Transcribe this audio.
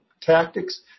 tactics